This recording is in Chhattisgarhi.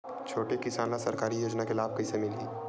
छोटे किसान ला सरकारी योजना के लाभ कइसे मिलही?